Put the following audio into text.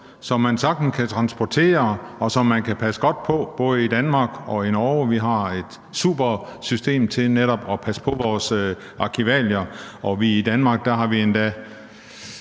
som man sagtens kan transportere, og som man kan passe godt på både i Danmark og i Norge. Vi har et supergodt system til netop at passe på vores arkivalier, og i Danmark har vi endda